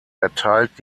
erteilt